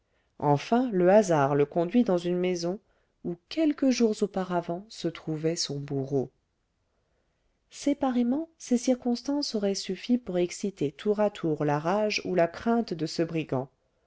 enfin le hasard le conduit dans une maison où quelques jours auparavant se trouvait son bourreau séparément ces circonstances auraient suffi pour exciter tour à tour la rage ou la crainte de ce brigand